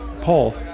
Paul